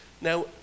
Now